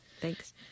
Thanks